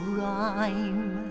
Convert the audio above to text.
rhyme